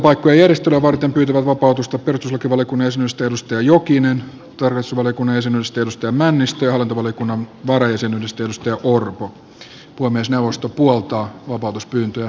valiokuntapaikkojen järjestelyä varten pyytävät vapautusta perustuslakivaliokunnan jäsenyydestä kalle jokinen tarkastusvaliokunnan jäsenyydestä lasse männistö ja hallintovaliokunnan varajäsenyydestä petteri orpo